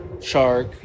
shark